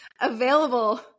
available